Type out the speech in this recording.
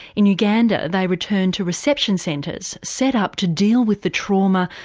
in uganda they return to reception centres set up to deal with the trauma,